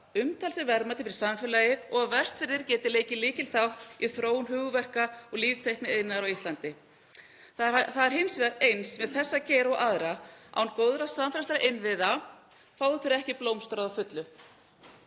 umtalsverð verðmæti fyrir samfélagið og að Vestfirðir geta leikið lykilhlutverk í þróun hugverka og líftækniiðnaðar á Íslandi. Það er hins vegar eins með þennan geira og aðra, að án góðra samfélagslegra innviða fá þeir ekki blómstrað að fullu.